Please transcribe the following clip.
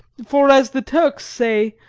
for, as the turks say,